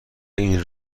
این